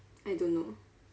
I don't know